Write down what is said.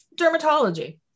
dermatology